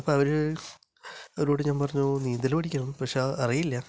അപ്പോള് അവര് അവരോട് ഞാൻ പറഞ്ഞു നീന്തല് പഠിക്കണം പക്ഷേ അറിയില്ല